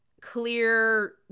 clear